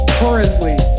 currently